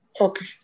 Okay